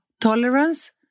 tolerance